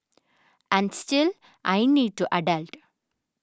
and still I need to adult